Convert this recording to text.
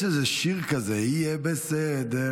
יש איזה שיר כזה: יהיה בסדר,